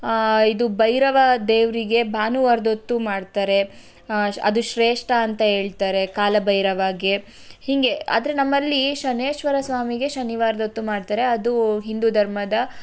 ಇದು ಭೈರವ ದೇವರಿಗೆ ಭಾನುವಾರದ ಹೊತ್ತು ಮಾಡ್ತಾರೆ ಅದು ಶ್ರೇಷ್ಠ ಅಂತ ಹೇಳ್ತಾರೆ ಕಾಲಭೈರವಗೆ ಹೀಗೆ ಆದರೆ ನಮ್ಮಲ್ಲಿ ಶನೈಶ್ವರ ಸ್ವಾಮಿಗೆ ಶನಿವಾರದ ಹೊತ್ತು ಮಾಡ್ತಾರೆ ಅದು ಹಿಂದೂ ಧರ್ಮದ